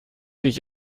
ich